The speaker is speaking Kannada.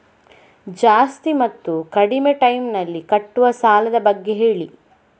ಜಾಸ್ತಿ ಮತ್ತು ಕಡಿಮೆ ಟೈಮ್ ನಲ್ಲಿ ಕಟ್ಟುವ ಸಾಲದ ಬಗ್ಗೆ ಹೇಳಿ